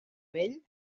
vell